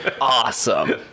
awesome